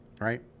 right